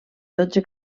dotze